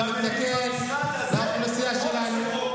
זה נכון, המדיניות שלי במשרד הזה היא שחוק זה חוק.